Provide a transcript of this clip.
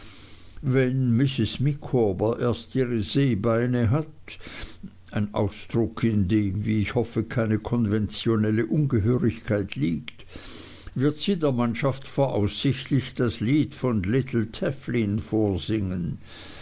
wenn mrs micawber erst ihre seebeine hat ein ausdruck in dem wie ich hoffe keine konventionelle ungehörigkeit liegt wird sie der mannschaft voraussichtlich das lied von little tafflin vorsingen